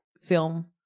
film